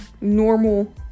normal